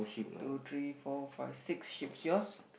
two three four five six sheep's yours